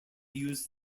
use